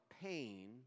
pain